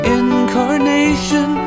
incarnation